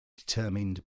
determined